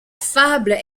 fable